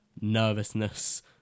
nervousness